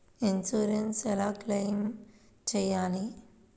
Insurance ఎలా claim చేయాలి?